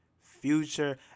future